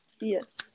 Yes